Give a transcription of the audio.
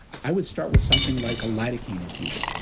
i would start with something like a lidocaine infusion.